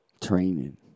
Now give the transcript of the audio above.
Training